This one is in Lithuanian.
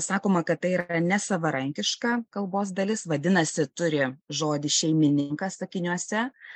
sakoma kad tai yra nesavarankiška kalbos dalis vadinasi turi žodį šeimininką sakiniuose